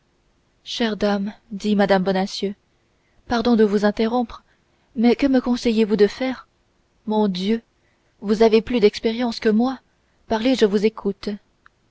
chère dame dit mme bonacieux pardon de vous interrompre mais que me conseillez-vous de faire mon dieu vous avez plus d'expérience que moi parlez je vous écoute